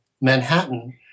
Manhattan